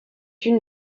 une